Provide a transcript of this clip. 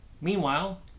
Meanwhile